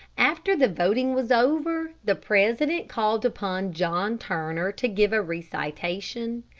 after the voting was over, the president called upon john turner to give a recitation.